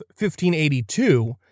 1582